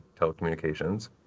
telecommunications